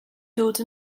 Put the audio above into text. dod